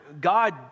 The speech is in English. God